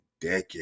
decade